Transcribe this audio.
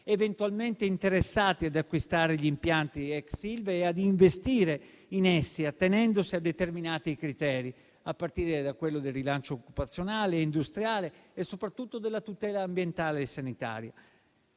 eventualmente interessati ad acquistare gli impianti ex Ilva e ad investire in essi, attenendosi a determinati criteri, a partire da quello del rilancio occupazionale e industriale e soprattutto della tutela ambientale e sanitaria.